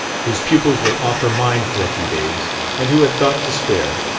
whose pupils were off her mind for a few days and who had thought to spare,